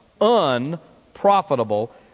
unprofitable